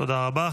תודה רבה.